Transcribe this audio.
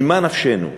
ממה נפשנו?